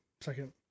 second